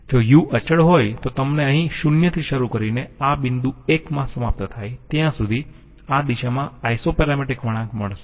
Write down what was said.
તેથી જો u અચળ હોય તો તમને અહીં 0 થી શરૂ કરીને અને આ બિંદુ 1 માં સમાપ્ત થાય ત્યાં સુધી આ દિશામાં આઈસોપેરામેટ્રિક વળાંક મળશે